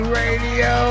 radio